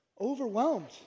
overwhelmed